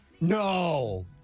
No